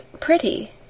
pretty